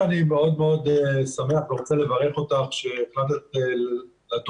אני מאוד מאוד שמח ורוצה לברך אותך שהחלטת לדון